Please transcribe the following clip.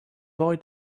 boy